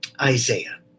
isaiah